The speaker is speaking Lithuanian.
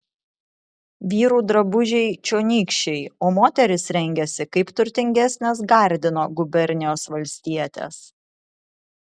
vyrų drabužiai čionykščiai o moterys rengiasi kaip turtingesnės gardino gubernijos valstietės